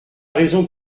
raison